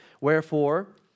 wherefore